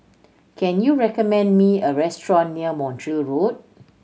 can you recommend me a restaurant near Montreal Road